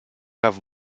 half